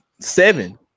seven